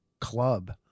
club